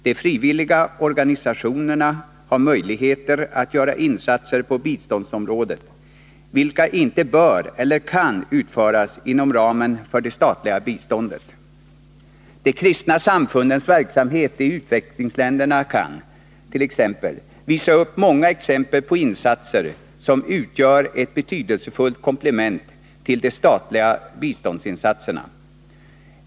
De frivilliga organisationerna har möjligheter att göra insatser på biståndsområdet vilka inte bör eller kan utföras inom ramen för det statliga biståndet. De kristna samfundens verksamhet i utvecklingsländerna kant.ex. visa upp många insatser som utgör ett betydelsefullt komplement till det statliga biståndet.